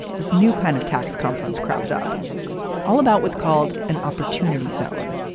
this new kind of tax conference cropped up all about what's called an opportunity zone.